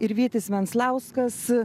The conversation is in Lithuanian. ir vytis venslauskas